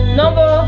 number